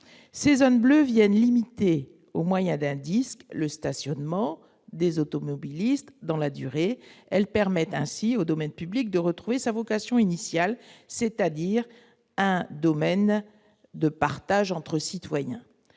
ces hommes bleus viennent limiter au moyen d'un disque le stationnement des automobilistes dans la durée, elle permet ainsi au domaine public, de retrouver sa vocation initiale, c'est-à-dire un domaine de partage entre citoyens